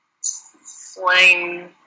slang